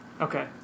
Okay